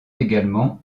également